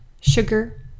sugar